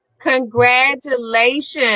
congratulations